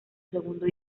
segundo